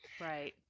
Right